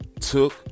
took